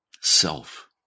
Self